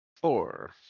Four